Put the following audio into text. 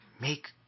make